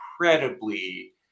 incredibly